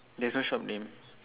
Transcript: there's one shop name